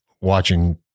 watching